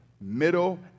Middle